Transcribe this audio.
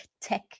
tech